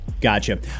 Gotcha